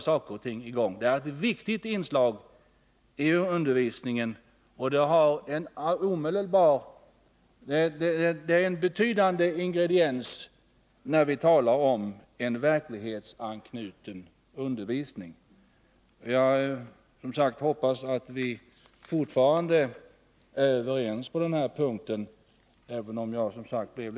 Det är ett viktigt inslag i undervisningen, och det är en betydande ingrediens i en verklighetsanknuten undervisning. Jag hoppas som sagt att vi fortfarande är överens på den punkten.